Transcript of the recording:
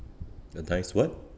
a nice what